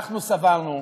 אנחנו סברנו,